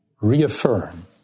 reaffirm